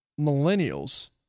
millennials